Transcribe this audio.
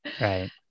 Right